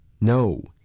no